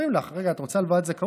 אומרים לך: רגע, את רוצה הלוואת זכאות?